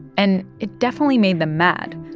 and it definitely made them mad.